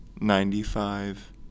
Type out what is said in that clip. Ninety-five